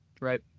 right